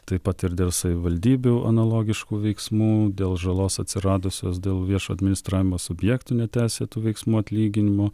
taip pat ir dėl savivaldybių analogiškų veiksmų dėl žalos atsiradusios dėl viešo administravimo subjektų neteisėtų veiksmų atlyginimo